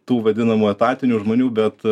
tų vadinamų etatinių žmonių bet